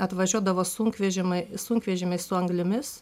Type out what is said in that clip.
atvažiuodavo sunkvežimiai sunkvežimiai su anglimis